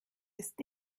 ist